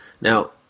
Now